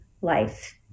life